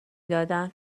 دادن